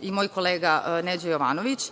i moj kolega Neđo Jovanović.